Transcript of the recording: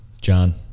john